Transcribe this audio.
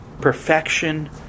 perfection